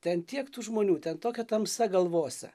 ten tiek tų žmonių ten tokia tamsa galvose